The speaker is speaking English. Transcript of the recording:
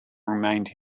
remained